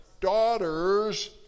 Daughters